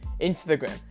instagram